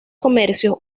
comercios